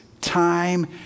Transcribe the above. time